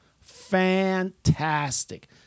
Fantastic